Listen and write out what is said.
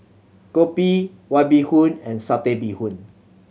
kopi White Bee Hoon and Satay Bee Hoon